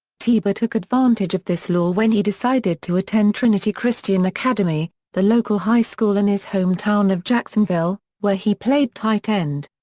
tebow took advantage of this law when he decided to attend trinity christian academy, the local high school in his hometown of jacksonville, where he played tight end.